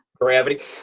gravity